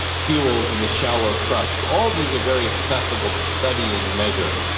fuels in the shallow crust. all these are very accessible to study and measure.